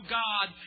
god